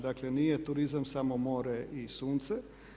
Dakle nije turizam samo more i sunce.